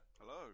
Hello